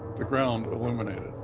the ground illuminated,